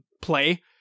play